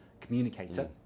communicator